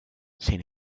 sin